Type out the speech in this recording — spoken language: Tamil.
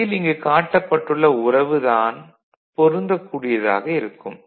உண்மையில் இங்குக் காட்டப்பட்டுள்ள உறவு தான் பொருந்தக்கூடியதாக இருக்கும்